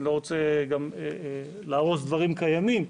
אני לא רוצה להרוס דברים קיימים,